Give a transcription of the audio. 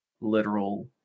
literal